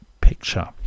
picture